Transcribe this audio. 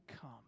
come